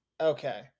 okay